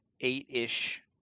eight-ish